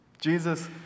Jesus